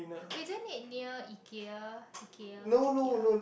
wait isn't it near Ikea Ikea Ikea